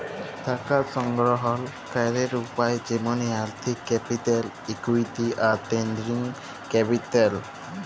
টাকা সংগ্রহল ক্যরের উপায় যেমলি আর্থিক ক্যাপিটাল, ইকুইটি, আর ট্রেডিং ক্যাপিটাল